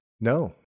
No